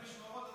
משמרות,